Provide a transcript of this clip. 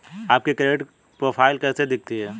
आपकी credit profile कैसी दिखती है?